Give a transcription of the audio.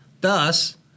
Thus